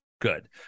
good